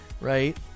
right